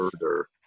further